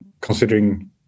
considering